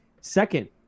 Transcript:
Second